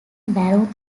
barron